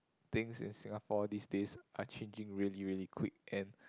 things in Singapore these days are changing really really quick and